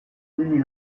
ibili